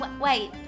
Wait